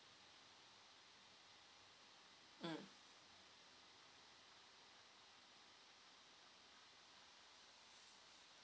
mm